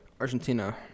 Argentina